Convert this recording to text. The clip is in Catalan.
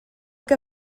que